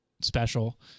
special